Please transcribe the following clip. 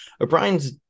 O'Brien's